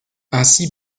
ainsi